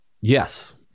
Yes